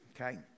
Okay